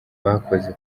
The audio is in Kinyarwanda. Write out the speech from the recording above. bakoze